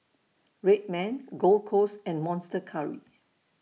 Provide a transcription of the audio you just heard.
Red Man Gold Roast and Monster Curry